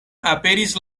aperis